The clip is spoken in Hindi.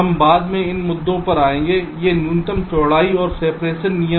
हम बाद में इन मुद्दों पर आएंगे ये न्यूनतम चौड़ाई और सिपरेशन नियम